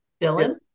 dylan